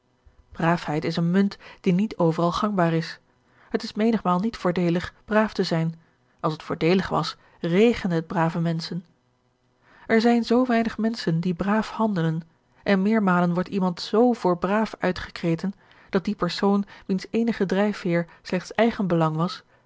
braafheid is eene munt die niet overal gangbaar is het is menigmaal niet voordeelig braaf te zijn als het voordeelig was regende het brave menschen er zijn zoo weinig menschen die braaf handelen en meermalen wordt iemand z voor braaf uitgekreten dat die persoon wiens eenige drijfveer slechts eigenbelang was